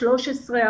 13,